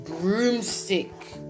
Broomstick